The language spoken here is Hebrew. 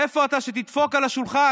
איפה אתה, שתדפוק על השולחן?